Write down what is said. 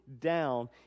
down